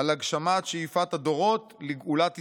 על הגשמת שאיפת הדורות לגאולת ישראל.